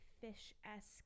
fish-esque